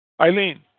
Eileen